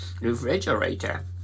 refrigerator